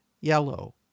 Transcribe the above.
yellow